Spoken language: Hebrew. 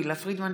תהלה פרידמן,